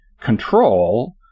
control